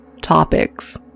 topics